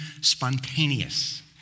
spontaneous